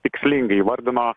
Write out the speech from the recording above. tikslingai įvardino